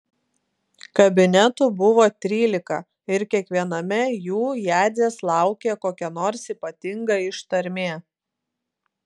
kabinetų buvo trylika ir kiekviename jų jadzės laukė kokia nors ypatinga ištarmė